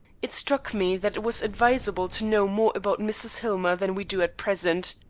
it struck me that it was advisable to know more about mrs. hillmer than we do at present.